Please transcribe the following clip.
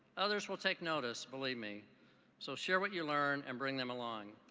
others will take notice believe me so share what you learn and bring them along.